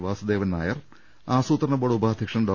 വാസുദേവൻ നായർ ആസൂത്രണ ബോർഡ് ഉപാധ്യക്ഷൻ ഡോ